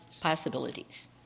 possibilities